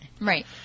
Right